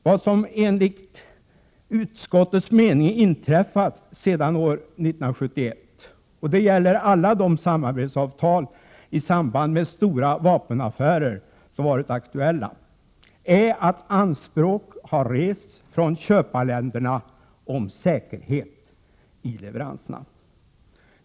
Vad som enligt utskottets mening inträffat sedan år 1971 — det gäller alla de samarbetsavtal i samband med stora vapenaffärer som varit aktuella — är att anspråk har rests från köparländerna om säkerhet i leveranserna.